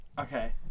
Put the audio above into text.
okay